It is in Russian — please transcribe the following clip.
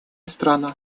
страна